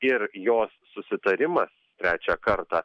ir jos susitarimas trečią kartą